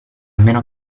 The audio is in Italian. meno